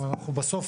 אבל בסוף,